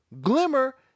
Glimmer